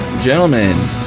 Gentlemen